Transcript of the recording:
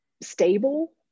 stable